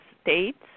states